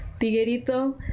tiguerito